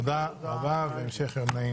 זהו המשך דיון מהישיבה